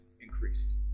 increased